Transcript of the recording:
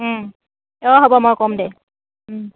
অঁ হ'ব মই ক'ম দে